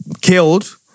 killed